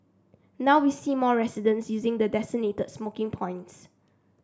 now we see more residents using the designated smoking points